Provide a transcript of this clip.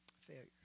Failures